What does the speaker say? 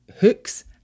hooks